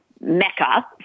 mecca